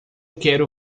quero